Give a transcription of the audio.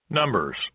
Numbers